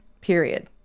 period